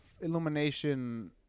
Illumination